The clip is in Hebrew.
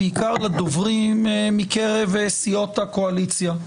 בעיקר לדוברים מקרב סיעות הקואליציה,